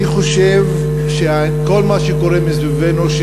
אני חושב שבכל מה שקורה מסביבנו,